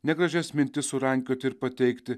ne gražias mintis surankioti ir pateikti